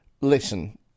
listen